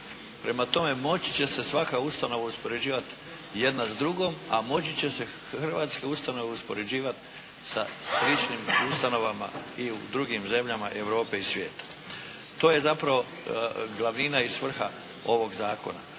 Prema tome moći će se svaka ustanova uspoređivati jedna s drugom, a moći će se hrvatske ustanove uspoređivati sa sličnim ustanovama i u drugim zemljama Europe i svijeta. To je zapravo glavnina i svrha ovog zakona.